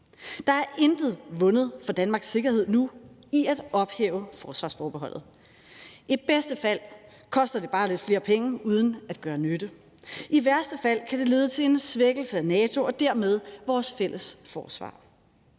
Der er intet vundet for Danmarks sikkerhed nu i at ophæve forsvarsforbeholdet. I bedste fald koster det bare lidt flere penge uden at gøre nytte. I værste fald kan det lede til en svækkelse af NATO og dermed vores fælles forsvar.